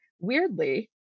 weirdly